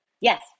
Yes